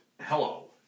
Hello